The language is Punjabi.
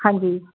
ਹਾਂਜੀ